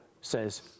says